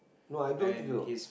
no i don't think so